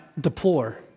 deplore